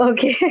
Okay